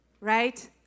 right